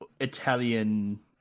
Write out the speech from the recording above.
Italian